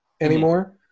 anymore